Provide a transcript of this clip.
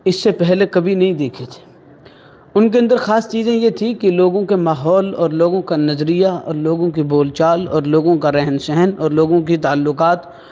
اس سے پہلے کبھی نہیں دیکھے تھے ان کے اندر خاص چیزیں یہ تھیں کہ لوگوں کے ماحول اور لوگوں کا نظریہ اور لوگوں کے بول چال اور لوگوں کا رہن سہن اور لوگوں کے تعلقات